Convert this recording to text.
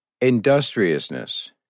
Industriousness